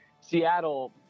Seattle